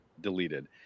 deleted